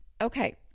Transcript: Okay